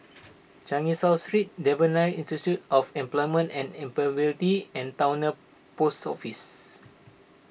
Changi South Street Devan Nair Institute of Employment and Employability and Towner Post Office